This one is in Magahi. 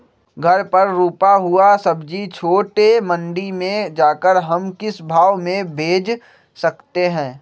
घर पर रूपा हुआ सब्जी छोटे मंडी में जाकर हम किस भाव में भेज सकते हैं?